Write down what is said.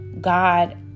God